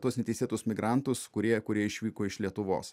tuos neteisėtus migrantus kurie kurie išvyko iš lietuvos